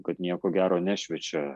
kad nieko gero nešviečia